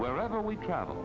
wherever we travel